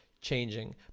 changing